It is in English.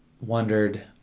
wondered